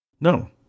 No